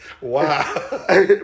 Wow